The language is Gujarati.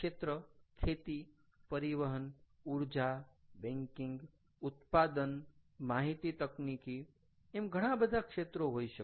ક્ષેત્ર ખેતી પરિવહન ઊર્જા બેન્કિંગ ઉત્પાદન માહિતી તકનીકી એમ ઘણા બધા ક્ષેત્રો હોઈ શકે